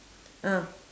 uh